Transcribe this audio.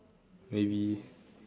maybe